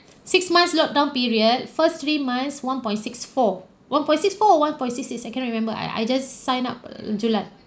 six months locked down period first three months one point six four one six four or one point six six I cannot remember I I just sign up err je lah